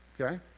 okay